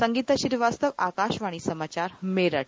संगीता श्रीवास्तव आकाशवाणी समाचार मेरठ